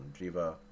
Jiva